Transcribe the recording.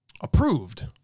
Approved